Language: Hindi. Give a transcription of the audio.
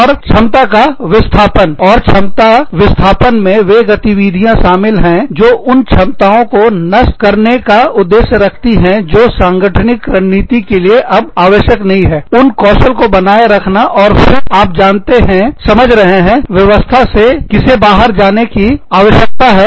और क्षमता विस्थापन मे वे गतिविधियां शामिल है जो उन क्षमताओं को नष्ट करने का उद्देश्य रखती हैं जो सांगठनिक रणनीति के लिए अब आवश्यक नहीं है उन कौशल को बनाए रखना और फिर आप जानते हैं समझ रहे हैं व्यवस्था से किसे बाहर जाने की आवश्यकता है